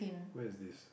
where is this